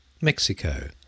Mexico